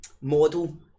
model